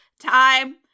time